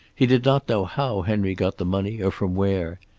he did not know how henry got the money, or from where.